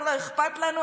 לא אכפת לנו,